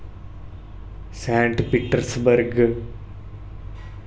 Saint Peter स्वर्ग